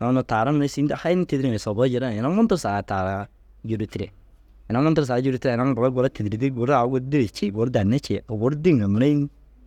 Unnu taara mura sîndu hayin dîriŋa soboo jiran ina muntu saa taara raa jûrutire. Ina muntu ru saga jûrutiraa ina ara mura gura tîdirdi guru au gur dîre cii guru danne cii. Au guru dîŋa mire înni?